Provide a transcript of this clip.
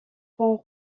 ponts